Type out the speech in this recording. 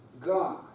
God